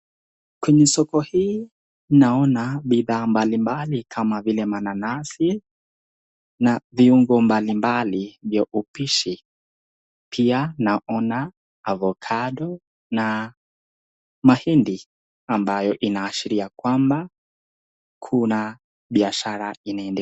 Kwenye soko hii naona bidhaa mbalimbali kama vile mananasi na viungo mbalimbali vya upishi . Pia naona avokado na mahindi ambayo inaashiria kwamba kuna biashara inaendelea